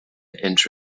inch